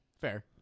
Fair